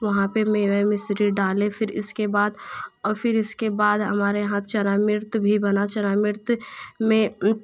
वहाँ पर मेवे मिश्री डाले फिर इसके बाद और फिर इसके बाद हमारे यहाँ चनाम्रित भी बना चनाम्रित में